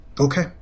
okay